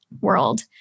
world